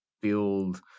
build